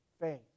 faith